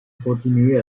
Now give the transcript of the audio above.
continuer